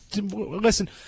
Listen